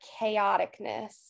chaoticness